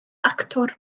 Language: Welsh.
actor